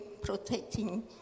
protecting